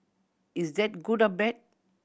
is that good or bad